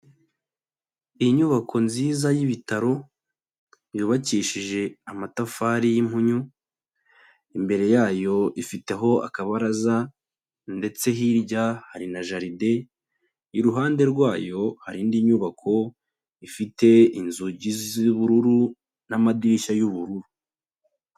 Inyubako nziza y'ibitaro yubakishije amatafari y'impunyu, imbere yayo ifiteho akabaraza ndetse hirya hari na jaride, iruhande rwayo hari indi nyubako ifite inzugi z'ubururu n'amadirishya y'ubururu.